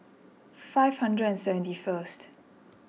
five hundred and seventy first